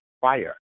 fire